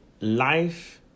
life